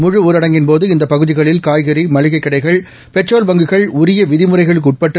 முழுஊரடங்கின்போது இந்த பகுதிகளில் காய்கறி மளிகைக் கடைகள்பெட்ரோல் பங்குகள் உரிய விதிமுறைகளுக்கு உட்பட்டு